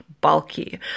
bulky